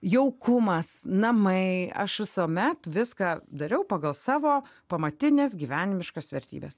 jaukumas namai aš visuomet viską dariau pagal savo pamatines gyvenimiškas vertybes